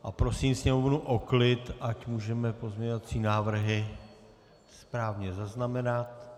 A prosím sněmovnu o klid, ať můžeme pozměňovací návrhy správně zaznamenat.